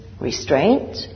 restraint